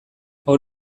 hor